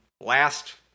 last